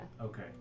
Okay